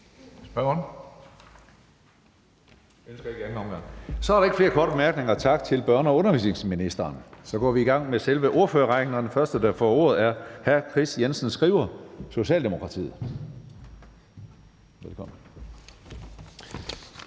så er der ikke flere korte bemærkninger. Tak til børne- og undervisningsministeren. Så går vi i gang med ordførerrækken, og den første, der får ordet, er hr. Kris Jensen Skriver, Socialdemokratiet. Kl.